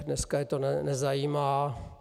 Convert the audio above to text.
Dneska je to nezajímá.